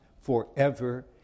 forever